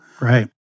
Right